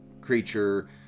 creature